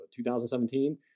2017